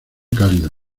cálido